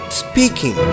speaking